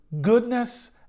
goodness